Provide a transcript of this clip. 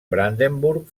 brandenburg